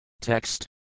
Text